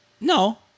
no